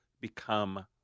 become